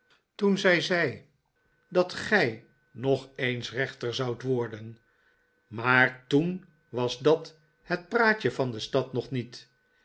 toen zij zei dat gij nog eens rechter zoudt worden maar t o e n was dat het praatje van de stad nog niet